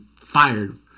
fired